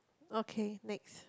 okay next